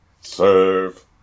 serve